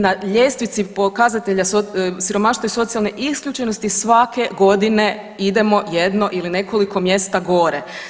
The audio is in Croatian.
Na ljestvici pokazatelja siromaštva i socijalne isključenosti svake godine idemo jedno ili nekoliko mjesta gore.